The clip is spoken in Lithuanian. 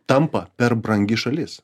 tampa per brangi šalis